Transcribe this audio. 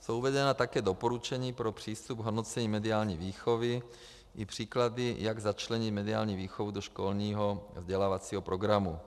Jsou uvedena také doporučení pro přístup k hodnocení mediální výchovy i příklady, jak začlenit mediální výchovu do školního vzdělávacího programu.